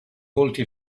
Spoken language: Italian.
volti